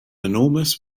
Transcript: enormous